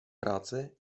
práce